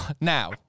now